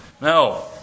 No